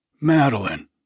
Madeline